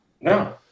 No